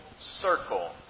circle